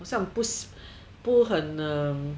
好像不不很 um